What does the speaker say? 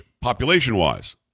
population-wise